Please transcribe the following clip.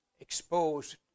exposed